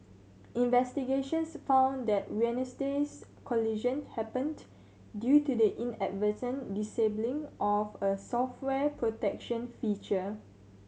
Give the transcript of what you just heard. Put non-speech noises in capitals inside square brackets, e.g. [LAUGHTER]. investigations found that [UNINTELLIGIBLE] collision happened due to the inadvertent disabling of a software protection feature